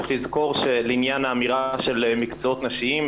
צריך לזכור שלעניין האמירה של מקצועות נשיים,